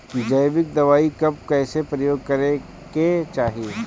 जैविक दवाई कब कैसे प्रयोग करे के चाही?